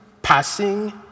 passing